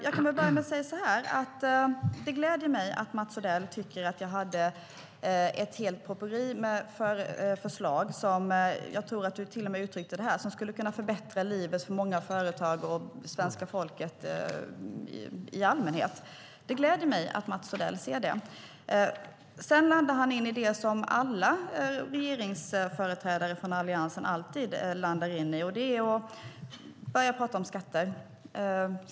Jag kan börja med att säga att det gläder mig att Mats Odell tycker att jag hade ett helt batteri med förslag som - jag tror att han uttryckte det så - skulle kunna förbättra livet för många företagare och svenska folket i allmänhet. Det gläder mig att Mats Odell ser det. Sedan hade han idéer om det som alla företrädare för Alliansen alltid landar i, skatter.